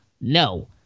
No